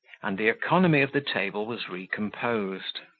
and the economy of the table was recomposed.